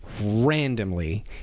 randomly